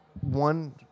one